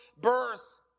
birth